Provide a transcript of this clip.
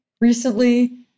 recently